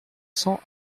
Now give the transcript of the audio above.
cents